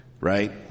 right